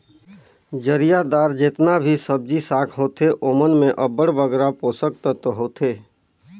जरियादार जेतना भी सब्जी साग होथे ओमन में अब्बड़ बगरा पोसक तत्व होथे